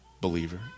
believer